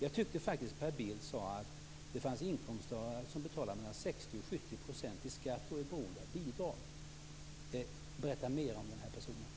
Jag tyckte faktiskt att Per Bill sade att det fanns inkomsttagare som betalade mellan 60 och 70 % i skatt och är beroende av bidrag. Berätta mer om den personen.